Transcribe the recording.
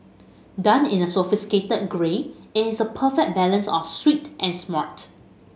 done in a sophisticated grey it is a perfect balance of sweet and smart